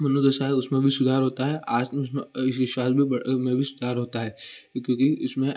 मनोदशा है उसमें भी सुधार होता है आत्म विश्वास में में भी सुधार होता है क्योंकि उसमें